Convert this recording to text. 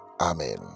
Amen